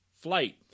flight